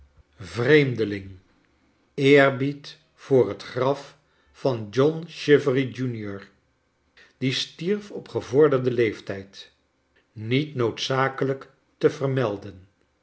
reemdeling eerbied voor het graf van john chivery junior die stierf op gevorderden leeftijd niet noodzakelijk te vermelden